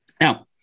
Now